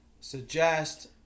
suggest